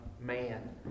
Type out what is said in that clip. man